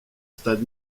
stade